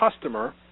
customer